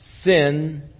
sin